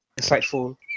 insightful